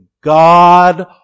God